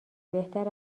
بهتر